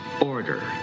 order